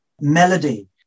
melody